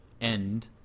end